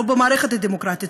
לא במערכת הדמוקרטית,